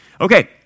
Okay